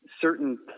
certain